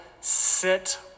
sit